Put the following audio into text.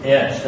Yes